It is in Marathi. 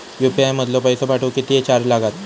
यू.पी.आय मधलो पैसो पाठवुक किती चार्ज लागात?